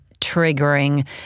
triggering